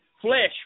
flesh